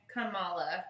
Kamala